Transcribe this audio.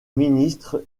ministres